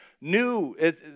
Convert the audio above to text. new